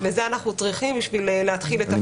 ואת זה אנחנו צריכים כדי להתחיל את העניין.